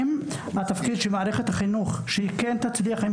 התפקיד של מערכת החינוך הוא להצליח עם